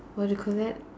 what do you call that